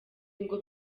ngo